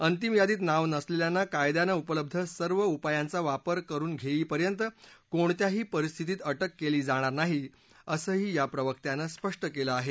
अंतिम यादीत नाव नसलेल्यांना कायद्यांन उपलब्ध सर्व उपायांचा वापर करुन घेईपर्यंत कोणत्याही परिस्थितीत अटक केली जाणार नाही असंही या प्रवक्त्यानं स्पष्ट केलं आहे